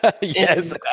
Yes